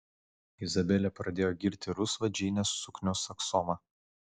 izabelė pradėjo girti rusvą džeinės suknios aksomą